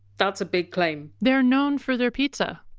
that's a big claim they're known for their pizza.